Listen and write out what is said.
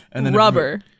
Rubber